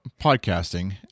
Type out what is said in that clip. podcasting